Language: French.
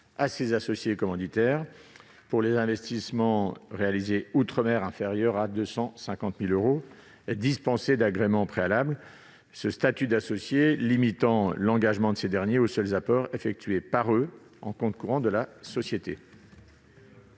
à ses associés commanditaires pour les investissements réalisés outre-mer inférieurs à 250 000 euros et dispensés d'agrément préalable, ce statut d'associés limitant l'engagement de ces derniers aux seuls apports effectués par eux en compte courant de la société.